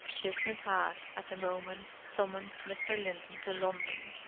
business had, at the moment, summoned mr. linton to london